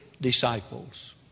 disciples